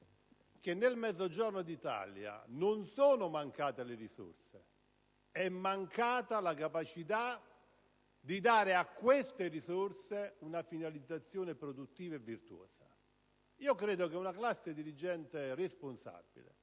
che nel Mezzogiorno d'Italia non sono mancate le risorse, ma la capacità di dare loro una finalizzazione produttiva e virtuosa. Credo che una classe dirigente responsabile,